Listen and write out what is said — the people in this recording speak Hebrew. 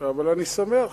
אבל אני שמח,